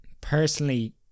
personally